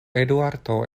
eduardo